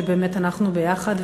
ולומר שבאמת אנחנו ביחד,